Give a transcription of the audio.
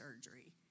surgery